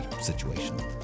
situation